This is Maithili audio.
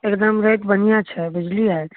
एकदम रेट बढ़िआँ छै बुझलियै